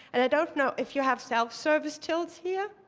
and i don't know if you have self-service tills here.